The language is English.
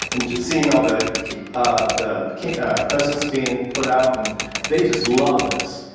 and seeing all the the presents being put out, and they just love this.